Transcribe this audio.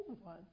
one